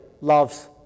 loves